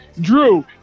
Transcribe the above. Drew